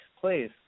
please